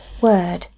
word